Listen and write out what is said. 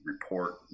report